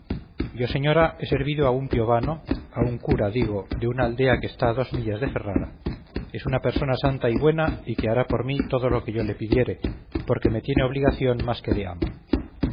yo señora he servido a un piovano a un cura digo de una aldea que está dos millas de ferrara es una persona santa y buena y que hará por mí todo lo que yo le pidiere porque me tiene obligación más que de amo